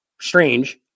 Strange